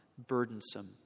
burdensome